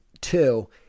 two